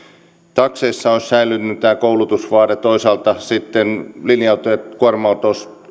takseissa olisi säilynyt tämä koulutusvaade toisaalta sitten linja autoissa ja kuorma autoissa